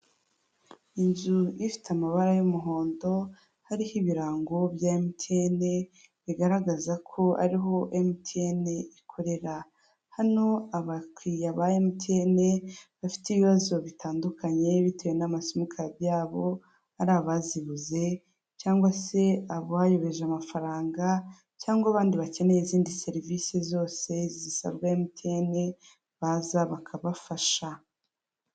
Inzu ifite amabara y'umuhondo hariho ibirango bya MTN bigaragaza ko ariho MTN ikorera, hano abakiriya ba MTN bafite ibibazo bitandukanye bitewe n'amasimukadi yabo, ari abazibuze cyangwa se aboyobeje amafaranga, cyangwa abandi bakeneye izindi serivise zose zisabwa MTN baza bakabafasha.